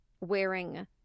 wearing